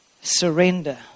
surrender